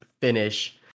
finish